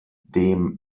dem